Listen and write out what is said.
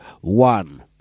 one